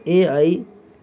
A I